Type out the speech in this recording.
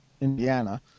Indiana